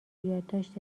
یادداشت